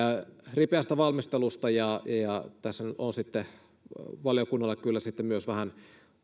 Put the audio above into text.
ripeästä valmistelusta tässä nyt on sitten valiokunnalle kyllä sitten myös vähän